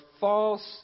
false